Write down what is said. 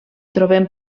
trobem